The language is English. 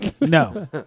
No